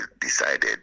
decided